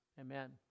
Amen